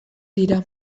dira